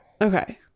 okay